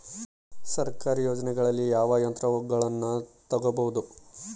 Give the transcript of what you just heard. ಸರ್ಕಾರಿ ಯೋಜನೆಗಳಲ್ಲಿ ಯಾವ ಯಂತ್ರಗಳನ್ನ ತಗಬಹುದು?